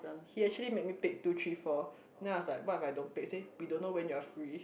he actually make me pick two three four now I was like what if I don't pick he say we don't know when you are free